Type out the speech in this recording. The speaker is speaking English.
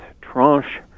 tranche